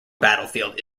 battlefield